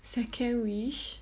second wish